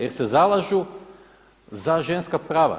Jer se zalažu za ženska prava.